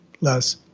less